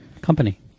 company